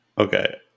Okay